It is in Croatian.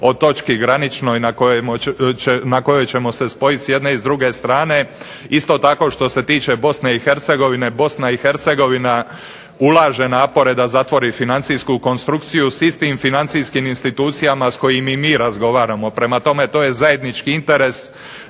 o točki graničnoj na kojoj ćemo se spojiti s jedne i druge strane. Isto tako što se tiče Bosne i Hercegovine, Bosna i Hercegovina ulaže napore da zatvori financijsku konstrukciju s istim financijskim institucijama s kojim i mi razgovaramo. Prema tome to je zajednički interes